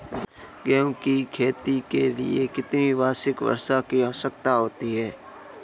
गेहूँ की खेती के लिए कितनी वार्षिक वर्षा की आवश्यकता होती है?